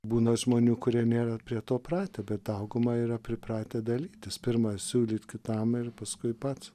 būna žmonių kurie nėra prie to pratę bet dauguma yra pripratę dalytis pirma siūlyt kitam ir paskui pats